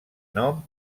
nom